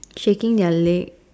shaking their leg